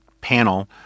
panel